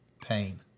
pain